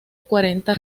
cuarenta